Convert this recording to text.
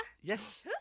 Yes